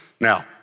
Now